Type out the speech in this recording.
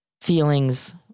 feelings